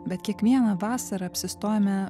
bet kiekvieną vasarą apsistojame